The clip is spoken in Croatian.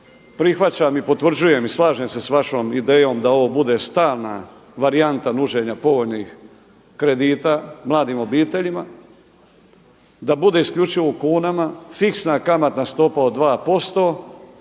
Prihvaćam i potvrđujem i slažem se sa vašom idejom da ovo bude stalna varijanta nuđenja povoljnih kredita mladim obiteljima, da bude isključivo u kunama, fiksna kamatna stopa od 2%,